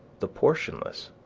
the portionless,